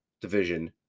division